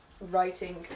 writing